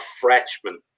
freshman